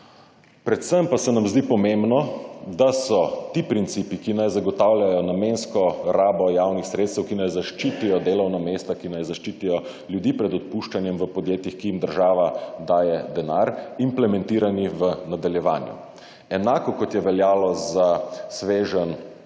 Predvsem pa se nam zdi pomembno, da so ti principi, ki naj zagotavljajo namensko rabo javnih sredstev, ki naj zaščitijo delovna mesta, ki naj zaščitijo ljudi pred odpuščanjem v podjetjih, ki jim država daje denar, implementirani v nadaljevanju. Enako kot je veljalo za sveženj